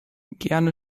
gerne